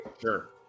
Sure